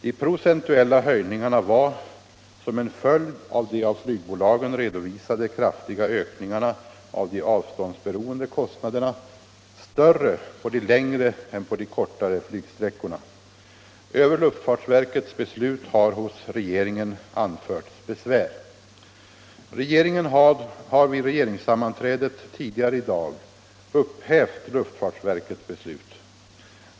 De procentuella höjningarna var, som en följd av de av flygbolagen redovisade kraftiga ökningarna av de avståndsberoende kostnaderna, större på de längre än på de kortare flygsträckorna. Över luftfartsverkets beslut har hos regeringen anförts besvär. Regeringen har vid regeringssammanträdet tidigare i dag upphävt luftfartsverkets beslut.